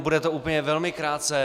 Bude to úplně velmi krátce.